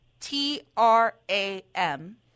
T-R-A-M